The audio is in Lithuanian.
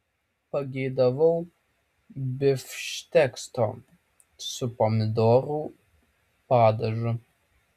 pageidavau bifštekso su pomidorų padažu